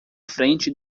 frente